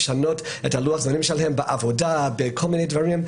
לשנות את לוח הזמנים שלהם בעבודה ובדברים אחרים.